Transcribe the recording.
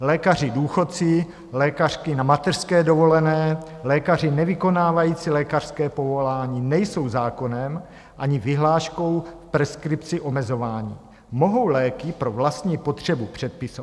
Lékaři důchodci, lékařky na mateřské dovolené, lékaři nevykonávající lékařské povolání nejsou zákonem ani vyhláškou preskripcí omezováni, mohou léky pro vlastní potřebu předepisovat.